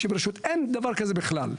50. אין דבר כזה בכלל.